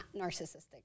narcissistic